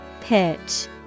Pitch